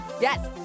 Yes